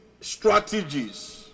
strategies